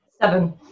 Seven